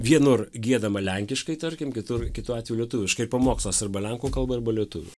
vienur giedama lenkiškai tarkim kitur kitu atveju lietuviškai ir pamokslas arba lenkų kalba arba lietuvių